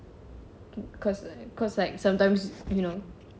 cause uh cause like sometimes you know